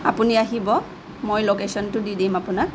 আপুনি আহিব মই লোকেশ্যনটো দি দিম আপোনাক